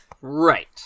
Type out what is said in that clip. Right